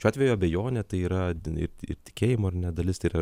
šiuo atveju abejonė tai yra ir tikėjimo ar ne dalis tai yra